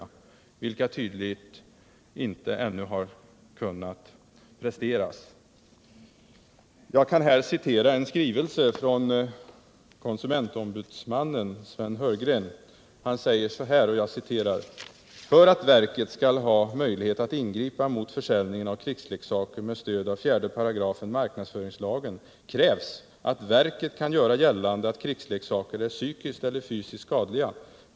Men sådana har tydligen ännu inte kunnat presteras. Jag kan här citera en skrivelse från konsumentombudsmannen Sven Heurgren. Han säger: ”För att verket skall ha möjlighet att ingripa mot försäljningen av krigsleksaker med stöd av 4 § marknadsföringslagen krävs att verket kan göra gällande att krigsleksaker är psykiskt eller fysiskt skadliga.